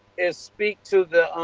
is speak to,